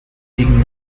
legen